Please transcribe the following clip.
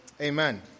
Amen